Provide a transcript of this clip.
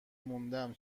موندم